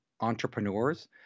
entrepreneurs